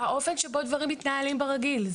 האופן שבו דברים מתנהלים ברגיל.